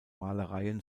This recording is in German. malereien